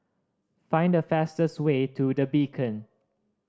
find the fastest way to The Beacon